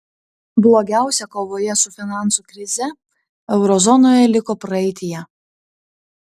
blogiausia kovoje su finansų krize euro zonoje liko praeityje